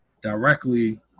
directly